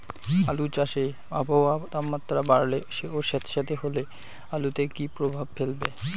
আলু চাষে আবহাওয়ার তাপমাত্রা বাড়লে ও সেতসেতে হলে আলুতে কী প্রভাব ফেলবে?